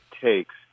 takes